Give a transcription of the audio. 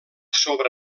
sobre